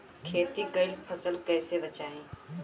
खेती कईल फसल कैसे बचाई?